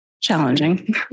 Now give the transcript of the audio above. Challenging